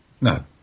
no